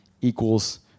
equals